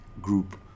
group